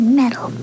metal